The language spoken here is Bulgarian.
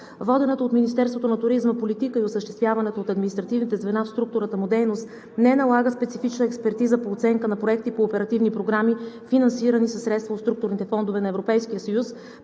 Водената от Министерството на туризма политика и осъществяваната от административните звена в структурата му дейност не налага специфична експертиза по оценка на проекти по оперативни програми, финансирани със средства от структурните фондове на Европейския съюз,